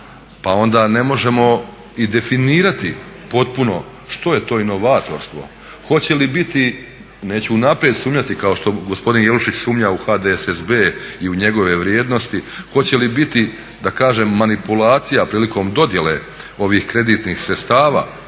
pa onda ne možemo i definirati potpuno što je to inovatorstvo, hoće li biti, neću unaprijed sumnjati kao što gospodin Jelušić sumnja u HDSSB i u njegove vrijednosti, hoće li biti da kažem manipulacija prilikom dodjele ovih kreditni sredstava